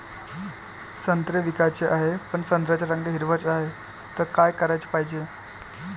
संत्रे विकाचे हाये, पन संत्र्याचा रंग हिरवाच हाये, त का कराच पायजे?